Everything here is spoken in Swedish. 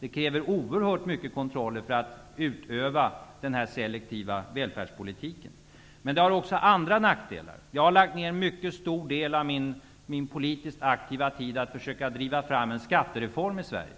Det kräver oerhört mycket kontroller för att utöva den här selektiva välfärdspolitiken. Men det har också andra nackdelar. Jag har lagt ned en mycket stor del av min politiskt aktiva tid på att försöka driva fram en skattereform i Sverige.